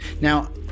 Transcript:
Now